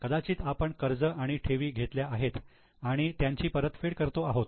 कदाचित आपण कर्ज आणि ठेवी घेतल्या आहेत आणि त्यांची परतफेड करतो आहोत